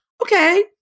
okay